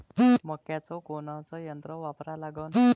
मक्याचं कोनचं यंत्र वापरा लागन?